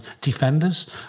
defenders